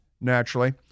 naturally